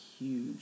huge